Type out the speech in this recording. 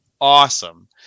awesome